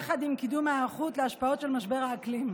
יחד עם קידום ההיערכות להשפעות של משבר האקלים.